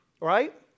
Right